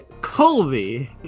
Colby